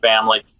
family